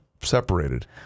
separated